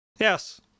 yes